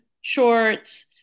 shorts